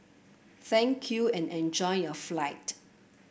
thank you and enjoy your flight